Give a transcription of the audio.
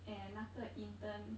and 那个 intern